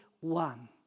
one